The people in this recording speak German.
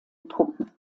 truppen